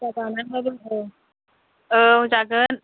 फिसा बानानैबाबो औ औ जागोन